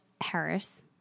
Harris